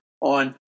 on